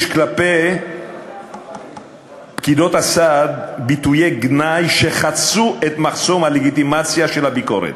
יש כלפי פקידות הסעד כינויי גנאי שחצו את מחסום הלגיטימציה של הביקורת.